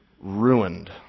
ruined